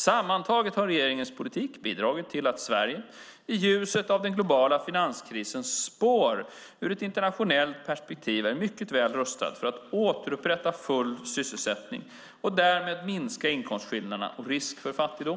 Sammantaget har regeringens politik bidragit till att Sverige, i ljuset av den globala finanskrisen, ur ett internationellt perspektiv är mycket väl rustat för att återupprätta full sysselsättning och därmed minska inkomstskillnaderna och risken för fattigdom.